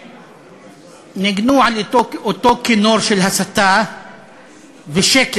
ניגנו על אותו כינור של הסתה ושקר.